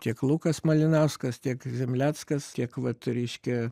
tiek lukas malinauskas tiek zemleckas tiek vat reiškia